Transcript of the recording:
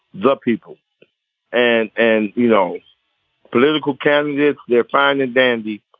the people and and you know political candidates they're fine and dandy.